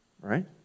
Right